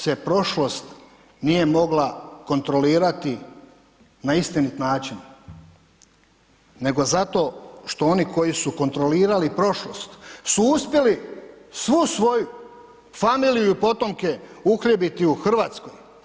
Zato što se prošlost nije mogla kontrolirati na istinit način, nego zato što oni koji su kontrolirali prošlost su uspjeli svu svoju familiju i potomke uhljebiti u Hrvatskoj.